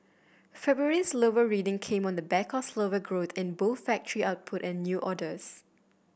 February's lower reading came on the back of slower growth in both factory output and new orders